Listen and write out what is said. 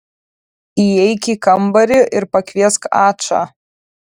įeik į kambarį ir pakviesk ačą